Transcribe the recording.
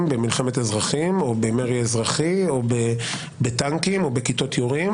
במלחמת אזרחים או במרי אזרחי או בטנקים או בכיתות יורים